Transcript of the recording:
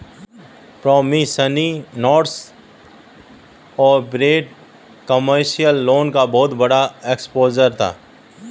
promissory notes और bad commercial loan का बहुत बड़ा एक्सपोजर था